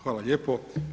Hvala lijepo.